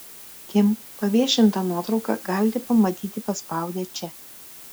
kim paviešintą nuotrauką galite pamatyti paspaudę čia